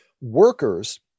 workers